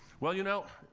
well, you know,